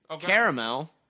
Caramel